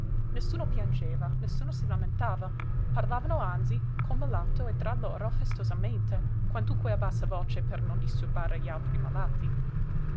nessuno piangeva nessuno si lamentava parlavano anzi col malato e tra loro festosamente quantunque a bassa voce per non disturbare gli altri malati